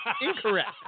Incorrect